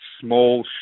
small